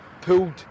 pulled